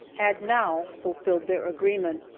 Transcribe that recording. had now fulfilled their agreement,